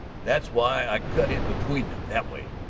that's why i cut in between them that way.